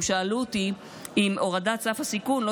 הם שאלו אותי אם הורדת את סף הסיכון לא